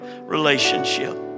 relationship